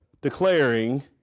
declaring